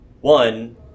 One